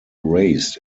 raised